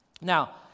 Now